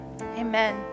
Amen